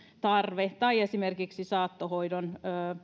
tarve tai esimerkiksi saattohoidon